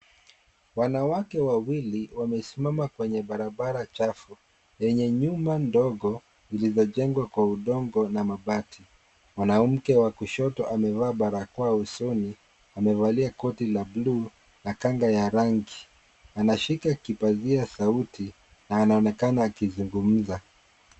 Wanawake wawili wamesimama kwenye barabara chafu yenye nyumba ndogo zilizojengwa kwa udongo na mabati. Mwanamke wa kushoto amevaa barakoa usoni amevalia koti la buluu na kanga la rangi anashika kipazia sauti na anaonekana akizungumza.